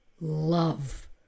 love